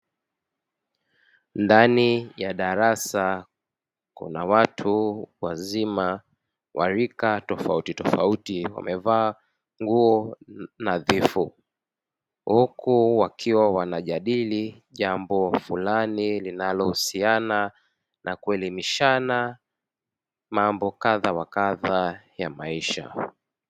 Ndani ya darasa kuna watu wazima wa rika tofautitofauti wamevaa nguo nadhifu, huku wakiwa wanajadili jambo fulani linalohusiana na kuelimishana mambo kadha wa kadha ya maisha.